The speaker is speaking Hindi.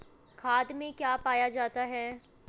खाद में क्या पाया जाता है?